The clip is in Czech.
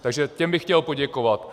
Takže těm bych chtěl poděkovat.